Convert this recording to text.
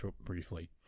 briefly